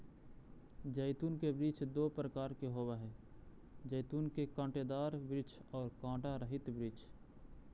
जैतून के वृक्ष दो प्रकार के होवअ हई जैतून के कांटेदार वृक्ष और कांटा रहित वृक्ष